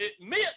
admit